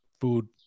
food